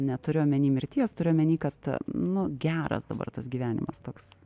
neturiu omeny mirties turiu omeny kad nu geras dabar tas gyvenimas toks